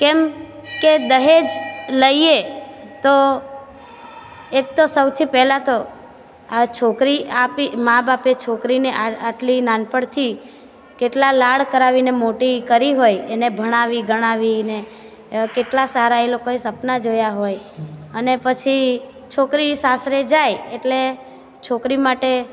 કેમ કે દહેજ લઈએ તો એક તો સૌથી પહેલાં તો આ છોકરી આપી માબાપે છોકરીને આટલી નાનપણથી કેટલા લાડ કરાવીને મોટી કરી હોય એને ભણાવી ગણાવીને કેટલા સારા એ લોકોએ સપના જોયા હોય અને પછી છોકરી સાસરે જાય એટલે છોકરી માટે